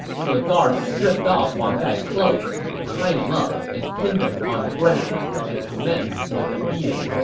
so the guards stripped off huang gai's clothes, tied him up and pinned him on the ground, and commenced with the beating